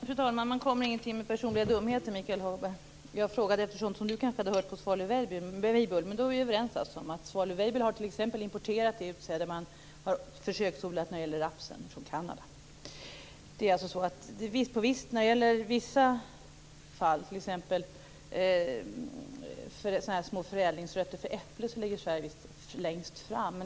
Fru talman! Man kommer ingenstans med personliga dumheter, Michael Hagberg. Jag frågade efter sådant som Michael Hagberg kanske hade hört på Svalöv-Weibull. Men då är vi överens. Svalöv Weibull har t.ex. importerat det utsäde som man har försöksodlat när det gäller raps från Kanada. I vissa fall - t.ex. i fråga om förädlingsrötter för äpplen - ligger Sverige längst fram.